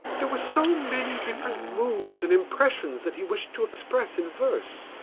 there were so many different moods and impressions that he wished to express in verse.